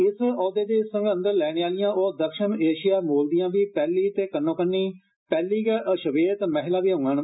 इस ओहदे दी सगंध लैने आहलियां ओ दक्षिण एशिया मूल दियां बी पैहली ते कन्नो कन्नी पैहली गै अश्वेत महिला बी होंडन